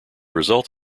result